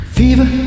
fever